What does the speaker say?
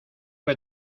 que